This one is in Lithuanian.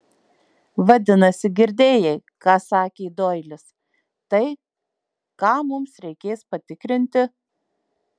vadinasi girdėjai ką sakė doilis tai ką mums reikės patikrinti